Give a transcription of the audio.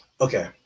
Okay